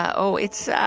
oh, it's.